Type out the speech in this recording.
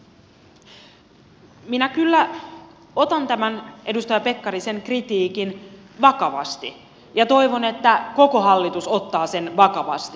minä kyllä otan tämän edustaja pekkarisen kritiikin vakavasti ja toivon että koko hallitus ottaa sen vakavasti